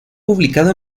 publicado